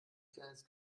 kleines